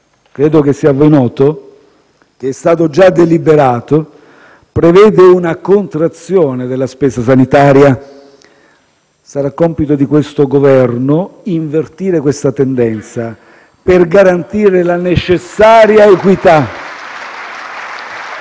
credo che sia a voi noto - che è stato già deliberato, prevede una contrazione della spesa sanitaria. Sarà compito di questo Governo invertire tale tendenza per garantire la necessaria equità